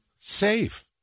safe